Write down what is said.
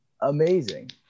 amazing